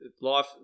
life